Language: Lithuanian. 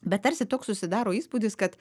bet tarsi toks susidaro įspūdis kad